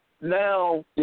Now